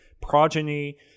progeny